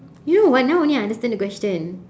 you know what now only I understand the question